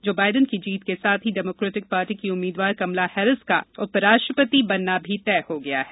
जो बाइडन की जीत के साथ ही डेमोक्रेटिक पार्टी की उम्मीदवार कमला हैरिस का उपराष्ट्रपति बनना भी तय हो गया है